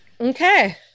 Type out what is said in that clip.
okay